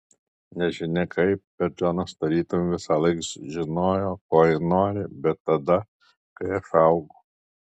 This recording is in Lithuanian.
nežinia kaip bet džonas tarytum visąlaik žinojo ko ji nori bent tada kai aš augau